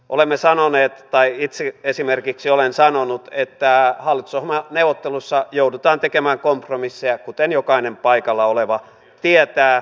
olemme sanoneet tai itse esimerkiksi olen sanonut että hallitusohjelmaneuvotteluissa joudutaan tekemään kompromisseja kuten jokainen paikalla oleva tietää